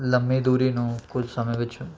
ਲੰਮੀ ਦੂਰੀ ਨੂੰ ਕੁਛ ਸਮੇਂ ਵਿੱਚ